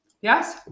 Yes